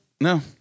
No